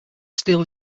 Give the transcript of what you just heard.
still